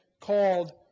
called